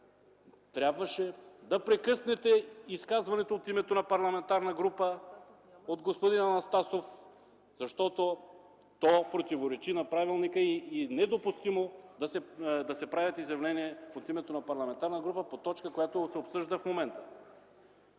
Трябваше да прекъснете изказването от името на парламентарна група от господин Анастасов, защото то противоречи на правилника и е недопустимо да се правят изявления от името на парламентарна група по точка, която се обсъжда в момента.